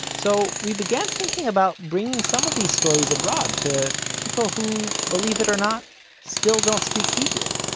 so we began thinking about bringing some of these stories abroad, to people who believe it or not still don't speak hebrew.